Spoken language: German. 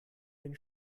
den